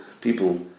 people